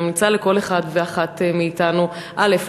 אני ממליצה לכל אחד ואחת מאתנו: א.